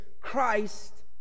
Christ